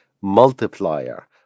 multiplier